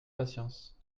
patience